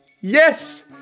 Yes